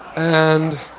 and